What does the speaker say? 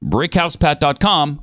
BrickHousePat.com